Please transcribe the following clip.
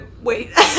Wait